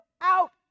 out